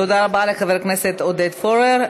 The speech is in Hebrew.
תודה רבה לחבר הכנסת עודד פורר.